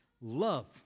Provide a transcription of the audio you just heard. love